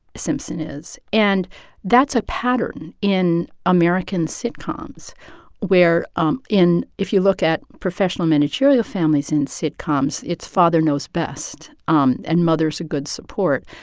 simpson is. and that's a pattern in american sitcoms where um in if you look at professional managerial families in sitcoms, it's father knows best, um and mother is a good support.